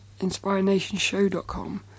InspireNationShow.com